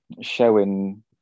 showing